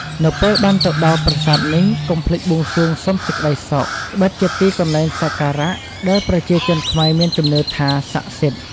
នៅពេលបានទៅដល់ប្រាសាទនេះ កុំភ្លេចបួងសួងសុំសេចក្ដីសុខ ត្បិតជាទីកន្លែងសក្ការៈ ដែលប្រជាជនខ្មែរមានជំនឿថា ស័ក្តិសិទ្ធ